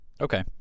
okay